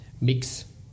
mix